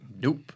Nope